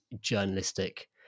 journalistic